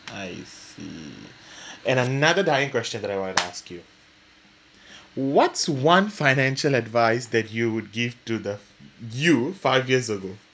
I see and another dying question that I want to ask you what's one financial advice that you would give to the you five years ago